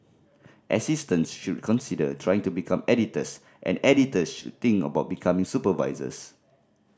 assistants should consider trying to become editors and editors should think about becoming supervisors